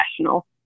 professional